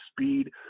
speed